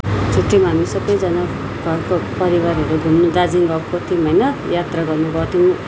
छुट्टीमा हामी सबैजना घरको परिवारहरू घुम्न दार्जिलिङ गएको थियौँ होइन यात्रा गर्ने गर्थ्यौँ